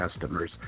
customers